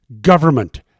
Government